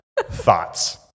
Thoughts